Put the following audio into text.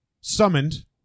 summoned